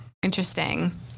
Interesting